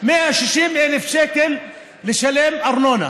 160,000 שקל לשלם ארנונה.